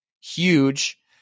huge